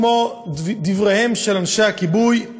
כדבריהם של אנשי הכיבוי,